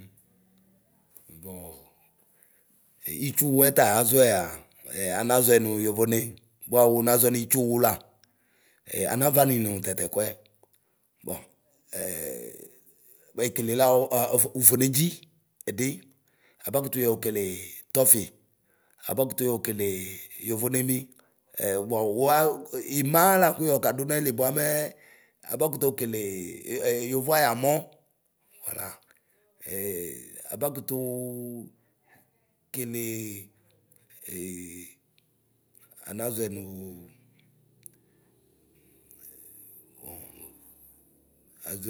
Bɔ e itsuurua ta aʒɔɛ ana ʒɔɛ nu yovone bua wu naʒɔɛ nitsunvu la. Ɛ anavani nu tatɛkʋɛ bɔ ɛɛ muekele la ɔa ufʋnedni ɛdi, aba kutu yokelee toƒɔ, abakutu yokelee yonemi Ee bɔ wua ima la kuyɔ kadu naili buamɛɛ abakutu okelee yovo ayamɔ ee a abakutuu kele anaʒɔɛ nu muu.